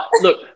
look